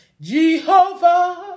jehovah